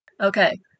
Okay